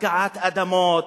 הפקעת אדמות.